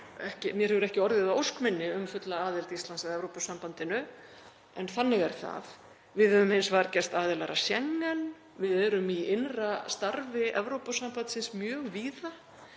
því miður ekki orðið að ósk minni um fulla aðild Íslands að Evrópusambandinu, en þannig er það. Við höfum hins vegar gerst aðilar að Schengen. Við erum í innra starfi Evrópusambandsins mjög víða.